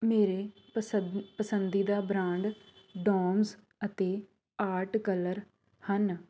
ਮੇਰੇ ਪਸੰ ਪਸੰਦੀਦਾ ਬਰਾਂਡ ਡੋਮਸ ਅਤੇ ਆਰਟ ਕਲਰ ਹਨ